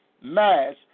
Mass